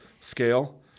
scale